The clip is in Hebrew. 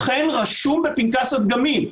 אכן רשום בפנקס הדגמים,